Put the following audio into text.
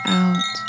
out